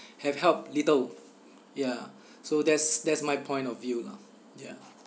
have helped little ya so that's that's my point of view lah ya